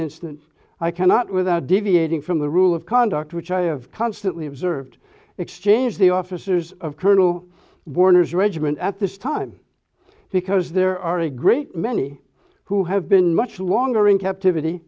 instance i cannot without deviating from the rule of conduct which i have constantly observed exchange the officers of colonel warner's regiment at this time because there are a great many who have been much longer in captivity